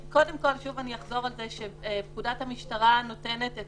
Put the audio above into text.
קודם כול שוב אני אחזור על זה שפקודת המשטרה נותנת את